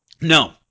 No